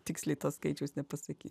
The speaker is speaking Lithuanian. tiksliai to skaičiaus nepasaky